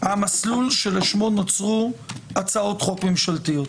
המסלול שלשמו נוצרו הצעות חוק ממשלתיות.